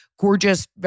gorgeous